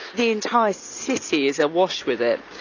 the entire city is awash with it.